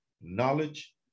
knowledge